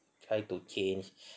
try to change